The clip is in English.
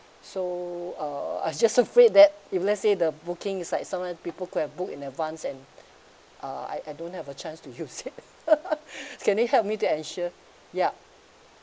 so uh I just afraid that if let's say the booking is like someone people could've booked in advance and uh I I don't have a chance to use it can you help me to ensure yup